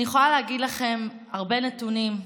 אני יכולה להגיד לכם הרבה נתונים,